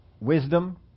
Wisdom